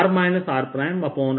B r r